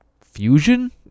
Fusion